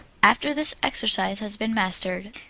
after this exercise has been mastered,